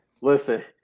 listen